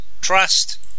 Trust